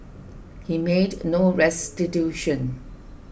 he made no restitution